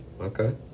Okay